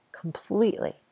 Completely